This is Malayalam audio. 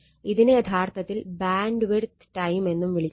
ഇതിനെ യഥാർത്ഥത്തിൽ ബാൻഡ്വിഡ്ത്ത് ടൈം എന്നും വിളിക്കുന്നു